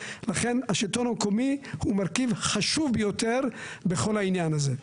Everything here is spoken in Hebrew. לכן השלטון המקומי הוא מרכיב חשוב ביותר בכל העניין הזה.